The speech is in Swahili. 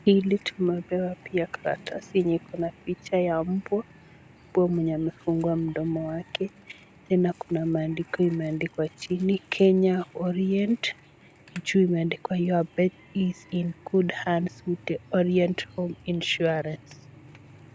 Hii ilitupewa pia karatasi yenye iko na picha ya mbwa, mbwa mwenye amefungwa mdomo wake. Tena kuna maandiko imeandikwa chini, Kenya Orient. Juu imeandikwa your bet is in good hands with the Orient Home Insurance .